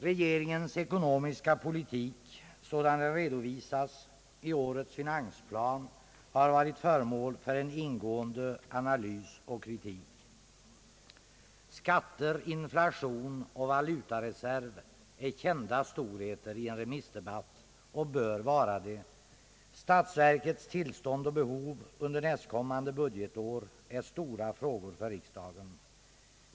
Regeringens ekonomiska politik, sådan den redovisas i årets finansplan, har varit föremål för en ingående analys och kritik. Skatter, inflation och valutareserv är kända storheter i en remissdebatt — och bör vara det. Statsverkets tillstånd och behov under nästkommande budgetår är stora frågor för riksdagen.